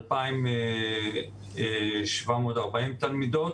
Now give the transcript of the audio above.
2,740 תלמידות.